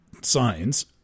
signs